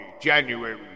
January